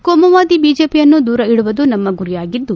ಕೋಮುವಾದಿ ಬಿಜೆಪಿಯನ್ನು ದೂರ ಇಡುವುದು ನಮ್ನ ಗುರಿಯಾಗಿದ್ದು